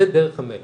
זה דרך המלך,